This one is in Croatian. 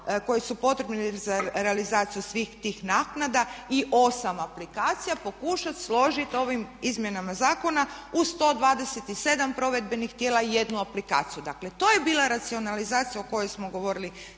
koje su potrebne za realizaciju svih tih naknada i 8 aplikacija pokušati složiti ovim izmjenama zakona uz 127 provedbenih tijela i jednu aplikaciju. Dakle to je bila racionalizacija o kojoj smo govorili